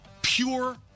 Pure